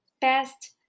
best